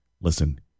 Listen